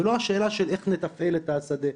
ולא השאלה של איך נתפעל את השדה.